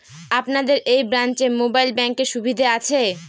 আপনাদের এই ব্রাঞ্চে মোবাইল ব্যাংকের সুবিধে আছে?